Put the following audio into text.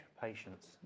Patience